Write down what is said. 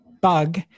bug